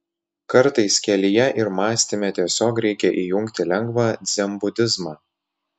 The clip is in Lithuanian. kartais kelyje ir mąstyme tiesiog reikia įjungti lengvą dzenbudizmą